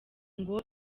ngo